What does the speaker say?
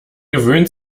gewöhnt